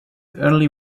only